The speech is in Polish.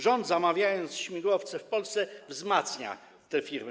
Rząd, zamawiając śmigłowce w Polsce, wzmacnia te firmy.